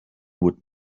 would